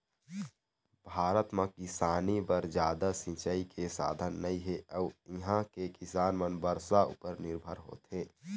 भारत म किसानी बर जादा सिंचई के साधन नइ हे अउ इहां के किसान मन बरसा उपर निरभर होथे